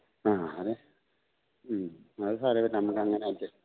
ആ അത് മ്മ് അത് സാരമില്ല നമുക്കങ്ങനെ വയ്ക്കാം